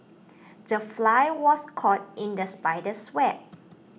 the fly was caught in the spider's web